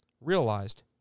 realized